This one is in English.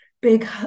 big